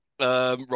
Right